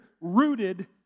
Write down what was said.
rooted